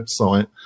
website